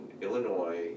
Illinois